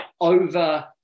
over